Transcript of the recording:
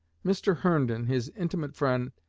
mr. herndon, his intimate friend,